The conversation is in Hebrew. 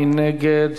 מי נגד?